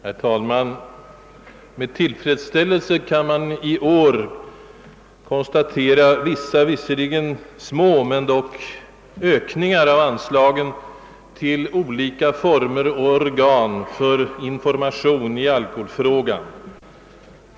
Herr talman! Med tillfredsställelse kan man i år konstatera några visserligen små men dock ökningar av äpslagen till olika former och organ för information i alkoholfrågan.